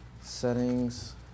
settings